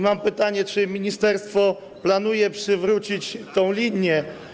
Mam pytanie, czy ministerstwo planuje przywrócić tę linię.